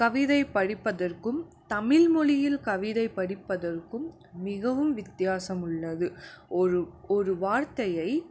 கவிதை படிப்பதற்கும் தமிழ் மொழியில் கவிதை படிப்பதற்கும் மிகவும் வித்தியாசம் உள்ளது ஒரு ஒரு வார்த்தையை